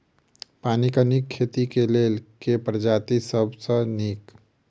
पानक नीक खेती केँ लेल केँ प्रजाति सब सऽ नीक?